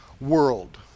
world